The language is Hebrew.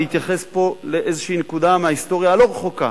אני אתייחס פה לאיזו נקודה מההיסטוריה הלא-רחוקה,